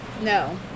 no